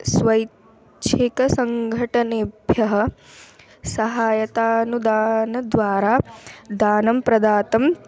स्व इच्छिकसङ्घटनेभ्यः सहायतानुदानद्वारा दानं प्रदातुम्